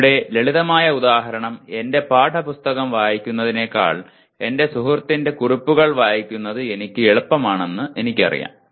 ഇവിടെ ലളിതമായ ഉദാഹരണം എന്റെ പാഠപുസ്തകം വായിക്കുന്നതിനേക്കാൾ എന്റെ സുഹൃത്തിന്റെ കുറിപ്പുകൾ വായിക്കുന്നത് എനിക്ക് എളുപ്പമാണെന്ന് എനിക്കറിയാം